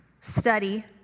study